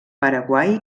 paraguai